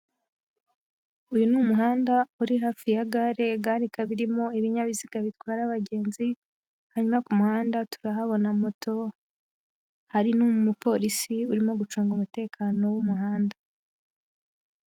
Uyu ni umuhanda uri hafi ya gare, gare ikaba irimo ibinyabiziga bitwara abagenzi, hanyuma ku muhanda turahabona moto, hari n'umupolisi urimo gucunga umutekano w'umuhanda.